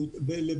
המבטחות,